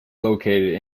located